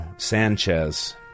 Sanchez